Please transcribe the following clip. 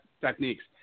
techniques